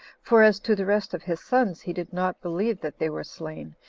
for as to the rest of his sons he did not believe that they were slain,